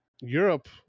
Europe